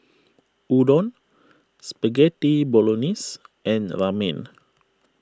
Udon Spaghetti Bolognese and Ramen